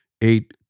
eight